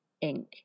ink